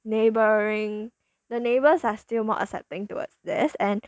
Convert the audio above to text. neighbouring the neighbours are still more accepting towards this and